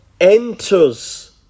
enters